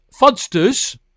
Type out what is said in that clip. Fudsters